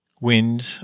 Wind